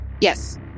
Yes